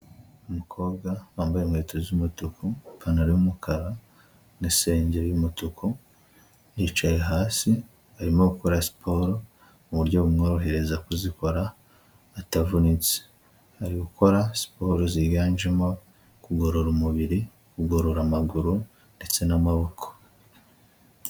Umukobwa wambaye inkweto z'umutuku, ipantaro y'umukara n'isengeri y'umutuku, yicaye hasi arimo akora siporo mu buryo bumworohereza kuzikora atavunitse, ari gukora siporo ziganjemo kugorora umubiri, kugorora amaguru ndetse n'amaboko.